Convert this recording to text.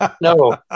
No